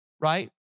Right